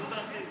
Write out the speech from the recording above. זו דעתי.